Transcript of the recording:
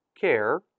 care